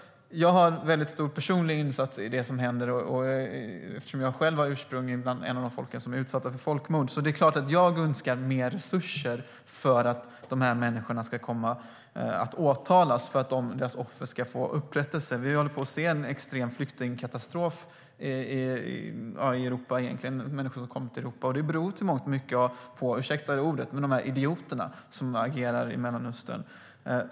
Jag har ett stort personligt engagemang i det som händer eftersom jag har mitt ursprung i ett av de folk som utsätts för folkmord. Jag önskar såklart mer resurser för att de som begår krigsbrott ska åtalas och för att deras offer ska få upprättelse. Vi ser en extrem flyktingkatastrof med människor som kommer till Europa. Det beror i mångt och mycket på - ursäkta uttrycket - idioterna som agerar i Mellanöstern.